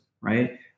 right